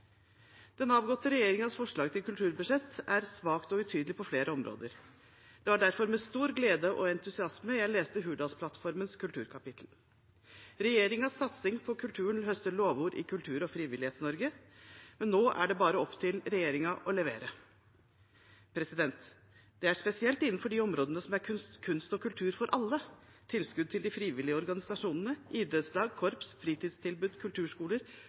Den avgåtte regjeringens forslag til kulturbudsjett er svakt og utydelig på flere områder. Det var derfor med stor glede og entusiasme jeg leste Hurdalsplattformens kulturkapittel. Regjeringens satsing på kulturen høster lovord i Kultur- og Frivillighets-Norge, nå er det bare opp til regjeringen å levere. Det er spesielt innenfor de områdene som gjelder kunst og kultur for alle – tilskudd til de frivillige organisasjonene, idrettslag, korps, fritidstilbud, kulturskoler